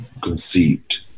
conceived